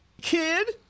kid